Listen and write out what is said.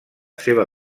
seva